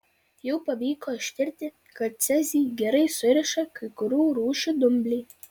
jau pavyko ištirti kad cezį gerai suriša kai kurių rūšių dumbliai